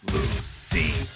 Lucy